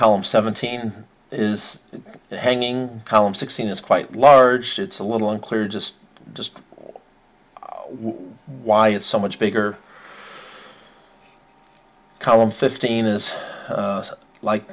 column seventeen is the hanging column sixteen is quite large it's a little unclear just just why it's so much bigger column fifteen is like